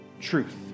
truth